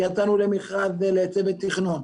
יצאנו למכרז לצוות תכנון.